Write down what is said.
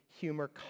humor